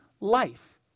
life